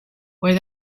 where